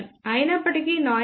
అయినప్పటికీ noise figure 1